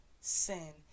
sin